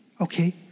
okay